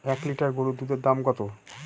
এক লিটার গরুর দুধের দাম কত?